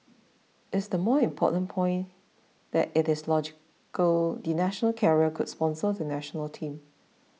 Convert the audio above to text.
is the more important point that it is logical the national carrier should sponsor the National Team